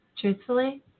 truthfully